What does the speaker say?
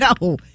No